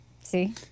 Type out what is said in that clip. See